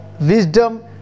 wisdom